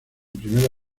primera